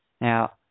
Now